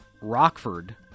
rockford